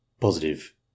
Positive